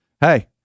Hey